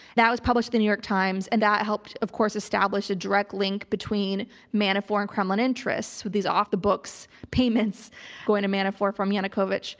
that was published in new york times and that helped of course establish a direct link between manafort and kremlin interests with these off the books payments going to manafort from yanukovych.